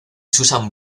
susan